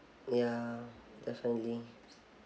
ya definitely